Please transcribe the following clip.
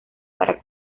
para